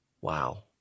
Wow